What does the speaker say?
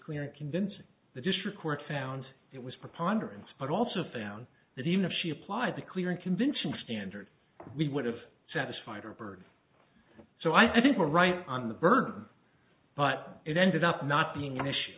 clear and convincing the district court found it was preponderance but also found that even if she applied the clearing convention standard we would have satisfied or bird so i think we're right on the burn but it ended up not being an issue